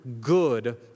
good